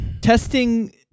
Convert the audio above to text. testing